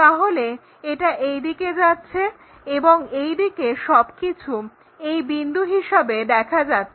তাহলে এটা এই দিকে যাচ্ছে এবং এইদিকে সবকিছু এই বিন্দু হিসাবে দেখা যাচ্ছে